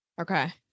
Okay